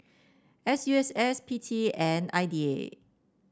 S U S S P T and I D A